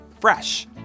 fresh